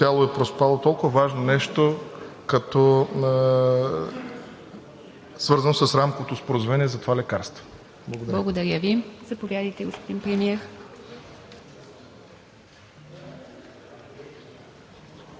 цяло е проспало толкова важно нещо, свързано с Рамковото споразумение за това лекарство? Благодаря.